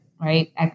Right